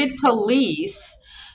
police